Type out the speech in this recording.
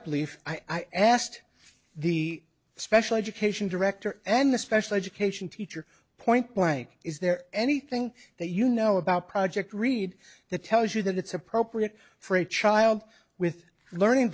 believe i asked the special education director and the special education teacher point blank is there anything that you know about project read that tells you that it's appropriate for a child with learning